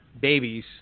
babies